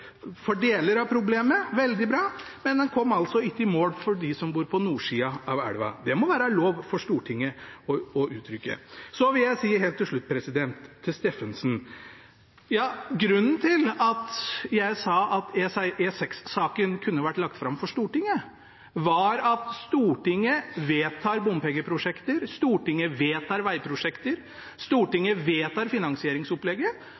for deler av problemet – veldig bra – men man kom altså ikke i mål for dem som bor på nordsida av elva. Det må det være lov for Stortinget å uttrykke. Så vil jeg si helt til slutt, til Steffensen: Grunnen til at jeg sa at E6-saken kunne vært lagt fram for Stortinget, var at Stortinget vedtar bompengeprosjekter, Stortinget vedtar